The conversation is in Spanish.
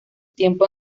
tiempo